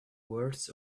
words